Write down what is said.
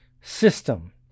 system